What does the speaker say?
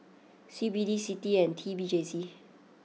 C B D Citi and T P J C